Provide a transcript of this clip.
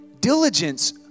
Diligence